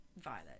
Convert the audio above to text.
Violet